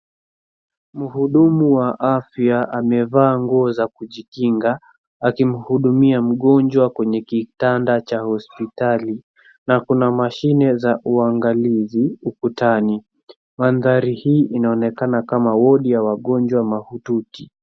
Mhudumu wa afya amevaa nguo za kujikinga akimhudumia mgonjwa kwenye kitanda cha hospitali na kuna mashine za uangalizi ukutani. Madhari hii inaonekana kama wodi ya wagonjwa mahututi.